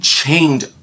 chained